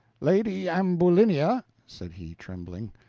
lady ambulinia, said he, trembling,